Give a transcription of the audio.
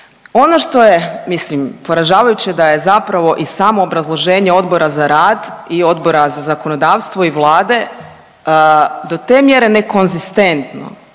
Ono što je, mislim poražavajuće je da je zapravo i samo obrazloženje Odbora za rad i Odbora za zakonodavstvo i Vlade do te mjere nekonzistentno